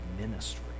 ministry